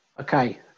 Okay